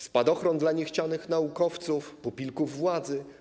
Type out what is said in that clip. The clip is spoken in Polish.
Spadochron dla niechcianych naukowców, pupilków władzy?